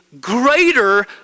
greater